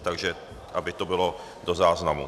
Takže aby to bylo do záznamu.